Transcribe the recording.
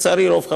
עם, טעות